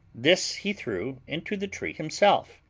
this he threw into the tree himself,